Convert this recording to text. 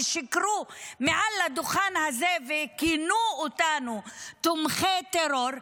ושיקרו מעל לדוכן הזה וכינו אותנו "תומכי טרור",